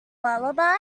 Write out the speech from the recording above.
lullaby